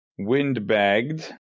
Windbagged